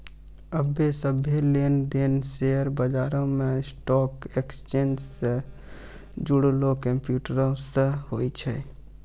आबे सभ्भे लेन देन शेयर बजारो मे स्टॉक एक्सचेंज से जुड़लो कंप्यूटरो से होय छै